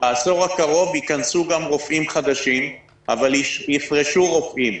בעשור הקרוב ייכנסו גם רופאים חדשים אבל יפרשו רופאים.